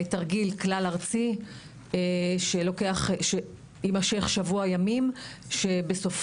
תרגיל כלל ארצי שיימשך שבוע ימים שבסופו,